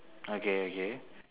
okay okay